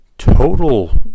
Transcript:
total